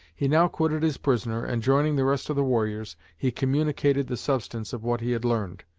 he now quitted his prisoner and, joining the rest of the warriors, he communicated the substance of what he had learned.